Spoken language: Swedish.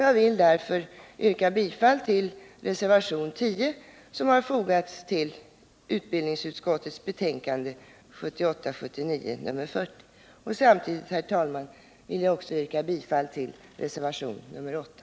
Jag vill därför yrka bifall till reservation nr 10 som fogats vid utbildningsutskottets betänkande 1978/79:40. Samtidigt, herr talman, yrkar jag bifall till reservation nr 8.